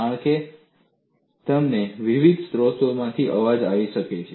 કારણ કે તમને વિવિધ સ્રોતોમાંથી અવાજ આવી શકે છે